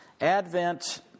Advent